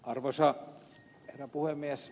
arvoisa herra puhemies